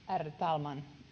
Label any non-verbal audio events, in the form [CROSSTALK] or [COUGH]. [UNINTELLIGIBLE] ärade talman